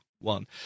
one